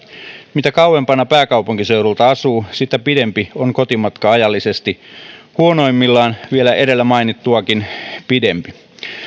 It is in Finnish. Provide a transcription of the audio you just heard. mitä kauempana pääkaupunkiseudulta asuu sitä pidempi on kotimatka ajallisesti huonoimmillaan vielä edellä mainittuakin pidempi